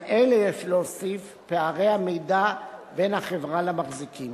על אלה יש להוסיף פערי המידע בין החברה למחזיקים.